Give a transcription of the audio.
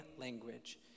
language